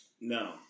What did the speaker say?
No